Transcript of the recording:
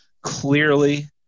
Clearly